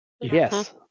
Yes